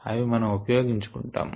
అవి మనం ఉపయీగించు కుంటాము